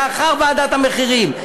לאחר ועדת המחירים.